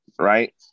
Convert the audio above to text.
right